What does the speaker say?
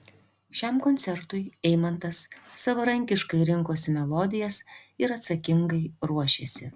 šiam koncertui eimantas savarankiškai rinkosi melodijas ir atsakingai ruošėsi